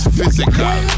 Physical